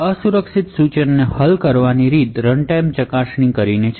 અસુરક્ષિત ઇન્સટ્રકશનશને હલ કરવાની રીત રનટાઈમ ચકાસણી કરીને છે